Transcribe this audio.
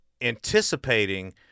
anticipating